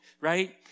right